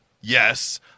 yes